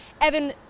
Evan